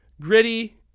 gritty